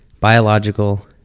biological